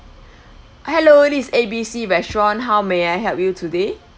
hello this is A B C restaurant how may I help you today